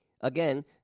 Again